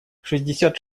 шестьдесят